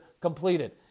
completed